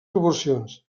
proporcions